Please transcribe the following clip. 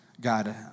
God